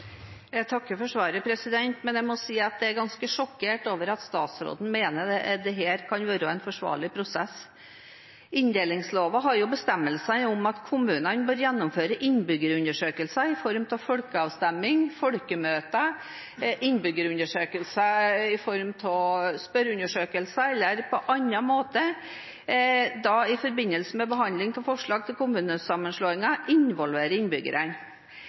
Jeg takker for svaret, men jeg må si at jeg er ganske sjokkert over at statsråden mener dette kan være en forsvarlig prosess. Inndelingsloven har jo bestemmelser om at kommunene bør gjennomføre innbyggerundersøkelser i form av folkeavstemning, folkemøter, innbyggerundersøkelser i form av spørreundersøkelser eller på annen måte – og da i forbindelse med behandling av forslag til kommunesammenslåinger involvere innbyggerne. Kommunene har i denne saken ingen mulighet til å involvere innbyggerne.